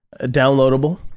downloadable